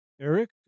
Eric